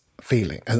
feeling